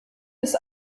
des